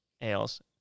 ales